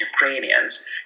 Ukrainians